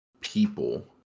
people